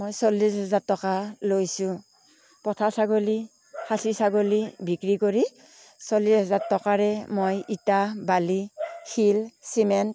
মই চল্লিছ হাজাৰ টকা লৈছোঁ পঠা ছাগলী খাচী ছাগলী বিক্ৰী কৰি চল্লিছ হাজাৰ টকাৰে মই ইটা বালি শিল চিমেণ্ট